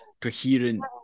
coherent